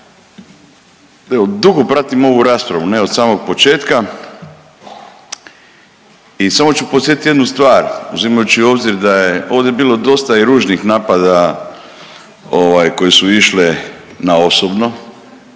dugo pratim ovu raspravu, ne od samog početka i samo ću podsjetiti jednu stvar, uzimajući u obzir da je ovdje bilo dosta i ružnih napada koje su išle na osobno,